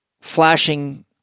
flashing